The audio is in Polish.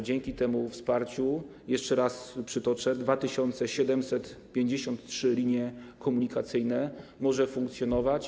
Dzięki temu wsparciu, jeszcze raz przytoczę, 2753 linie komunikacyjne mogą nadal funkcjonować.